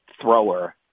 thrower